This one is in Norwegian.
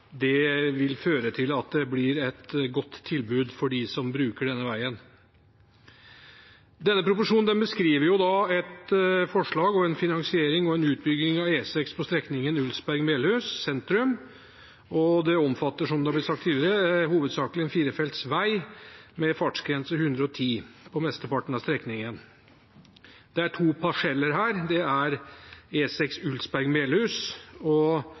proposisjonen, vil føre til at det blir et godt tilbud for dem som bruker denne veien. Denne proposisjonen beskriver et forslag, en finansiering og en utbygging av E6 på strekningen Ulsberg–Melhus sentrum, og det omfatter, som det er blitt sagt tidligere, hovedsakelig en firefelts vei med fartsgrense 110 km/t på mesteparten av strekningen. Det er to parseller her. Det er E6 Ulsberg–Melhus, og